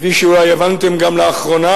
וכפי שהבנתם גם לאחרונה,